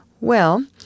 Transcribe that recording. Well